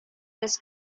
this